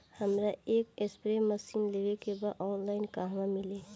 हमरा एक spray machine लेवे के बा ऑनलाइन कहवा मिली?